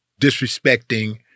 disrespecting